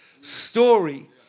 story